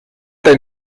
dein